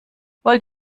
wollt